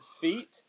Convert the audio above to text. feet